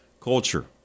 Culture